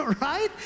right